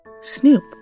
Snoop